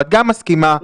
ואת גם מסכימה -- לא,